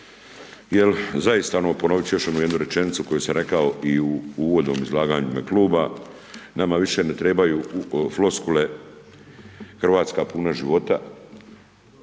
Jer zaista, ponoviti ću još jednu rečenicu koju sam rekao i u uvodnom izlaganju u ime kluba, nama više ne trebaju floskule, Hrvatska puna života,